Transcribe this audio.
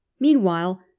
Meanwhile